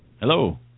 Hello